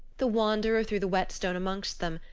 the wanderer threw the whetstone amongst them,